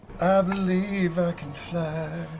i believe i can fly